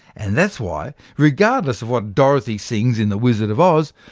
and that's why, regardless of what dorothy sings in the wizard of oz,